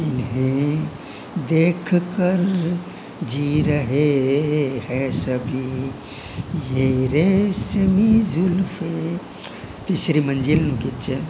તીસરી મંઝિલનું ગીત છે